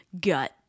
gut